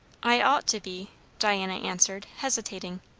i ought to be diana answered, hesitating.